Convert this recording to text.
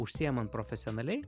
užsiėman profesionaliai